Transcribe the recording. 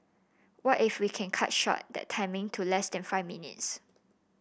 what if we can cut short that timing to less than five minutes